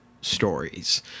stories